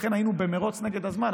לכן היינו במרוץ נגד הזמן.